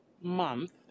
month